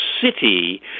city